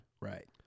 Right